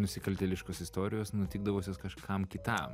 nusikaltėliškos istorijos nutikdavusios kažkam kitam